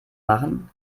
machen